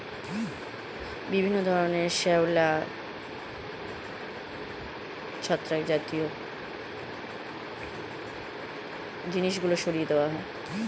জলের নিচে যে সব একুয়াটিক আগাছাকে সরিয়ে দেওয়া হয়